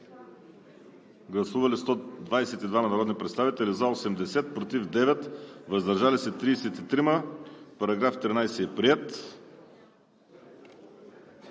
Гласували 122 народни представители: за 80, против 9, въздържали се 33. Параграф 13 е приет.